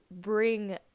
bring